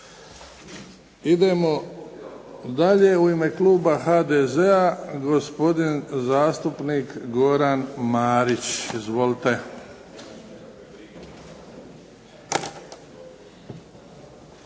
Idemo dalje, u ime kluba HDZ-a gospodin zastupnik Goran Marić. Izvolite.